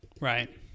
Right